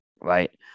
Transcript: right